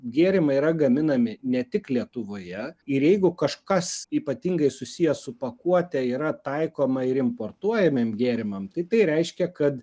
gėrimai yra gaminami ne tik lietuvoje ir jeigu kažkas ypatingai susiję su pakuote yra taikoma ir importuojamiem gėrimam tai tai reiškia kad